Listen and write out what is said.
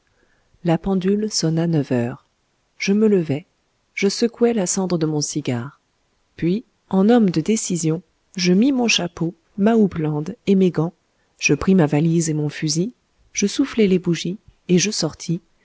la pendule sonna neuf heures je me levai je secouai la cendre de mon cigare puis en homme de décision je mis mon chapeau ma houppelande et mes gants je pris ma valise et mon fusil je soufflai les bougies et je sortis